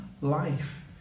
life